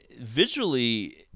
visually